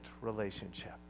relationship